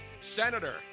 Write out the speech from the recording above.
Senator